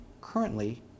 currently